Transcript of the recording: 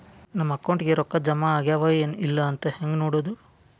ನಮ್ಮ ಅಕೌಂಟಿಗೆ ರೊಕ್ಕ ಜಮಾ ಆಗ್ಯಾವ ಏನ್ ಇಲ್ಲ ಅಂತ ಹೆಂಗ್ ನೋಡೋದು?